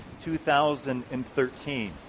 2013